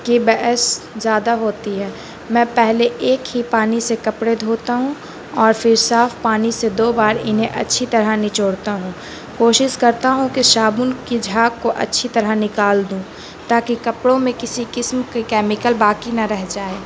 کی بحث زیادہ ہوتی ہے میں پہلے ایک ہی پانی سے کپڑے دھوتا ہوں اور پھر صاف پانی سے دو بار انہیں اچھی طرح نچوڑتا ہوں کوشش کرتا ہوں کہ صابن کی جھاگ کو اچھی طرح نکال دوں تاکہ کپڑوں میں کسی قسم کے کیمیکل باقی نہ رہ جائے